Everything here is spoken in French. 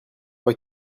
pas